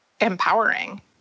empowering